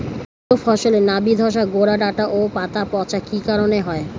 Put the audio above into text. সবজি ও ফসলে নাবি ধসা গোরা ডাঁটা ও পাতা পচা কি কারণে হয়?